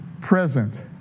present